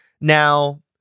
now